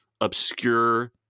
obscure